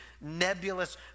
nebulous